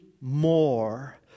more